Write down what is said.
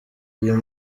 uyu